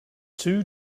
two